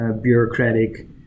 bureaucratic